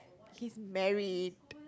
he's married